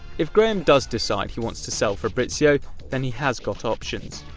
if graham does decide he wants to sell fabrizio then he has got options.